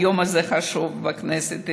היום הזה חשוב בכנסת ישראל.